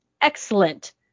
excellent